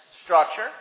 structure